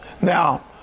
Now